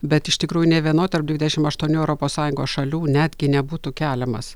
bet iš tikrųjų nė vienoj tarp dvidešimt aštuonių europos sąjungos šalių netgi nebūtų keliamas